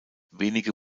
wenige